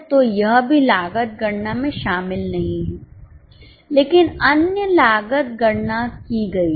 तो यह भी लागत गणना में शामिल नहीं है लेकिन अन्य लागत गणना की गई है